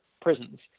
prisons